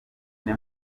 ine